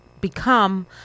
become